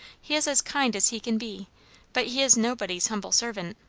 he is as kind as he can be but he is nobody's humble servant.